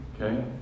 Okay